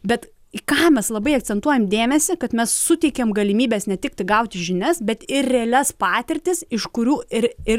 bet į ką mes labai akcentuojam dėmesį kad mes suteikiam galimybes ne tiktai gauti žinias bet ir realias patirtis iš kurių ir ir